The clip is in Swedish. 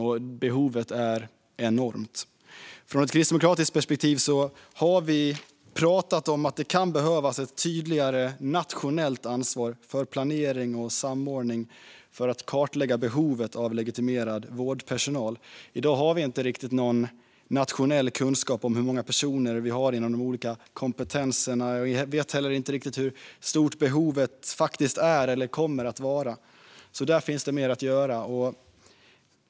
Och behovet är enormt. Från ett kristdemokratiskt perspektiv har vi pratat om att det kan behövas ett tydligare nationellt ansvar för planering och samordning för att kartlägga behovet av legitimerad vårdpersonal. I dag har vi inte riktigt någon nationell kunskap om hur många personer som finns inom de olika kompetenserna, och vi vet inte heller riktigt hur stort behovet faktiskt är och kommer att vara. Där finns det mer att göra.